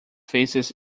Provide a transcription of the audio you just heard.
faces